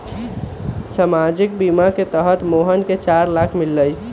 सामाजिक बीमा के तहत मोहन के चार लाख मिललई